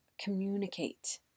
communicate